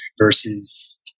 versus